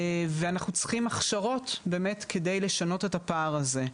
אנחנו צריכים הכשרות באמת על מנת לשנות את הפער הזה.